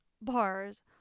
bars